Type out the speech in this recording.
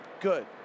good